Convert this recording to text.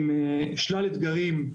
עם שלל אתגרים.